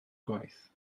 gwaith